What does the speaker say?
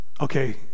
Okay